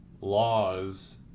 laws